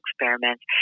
Experiments